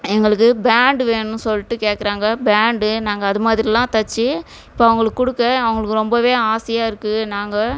எங்களுக்கு பேண்டு வேணுன்னு சொல்லிட்டு கேட்குறாங்க பேண்டு நாங்கள் அது மாதிரி எல்லாம் தச்சு இப்போ அவங்களுக்கு கொடுக்க அவங்களுக்கு ரொம்பவே ஆசையாக இருக்கு நாங்கள்